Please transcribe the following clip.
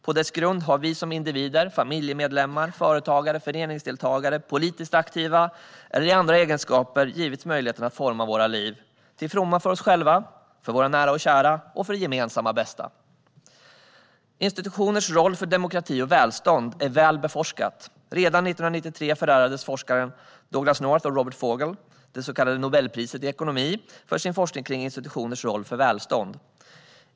På dess grund har vi som individer, familjemedlemmar, företagare, föreningsdeltagare, politiskt aktiva eller i andra egenskaper givits möjligheten att forma våra liv till fromma för oss själva, för våra nära och kära och för det gemensamma bästa. Institutioners roll för demokrati och välstånd är väl beforskat. Redan 1993 förärades forskarna Douglass North och Robert Fogel det så kallade Nobelpriset i ekonomi för sin forskning kring institutioners roll för välstånd.